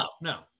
no